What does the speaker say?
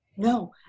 No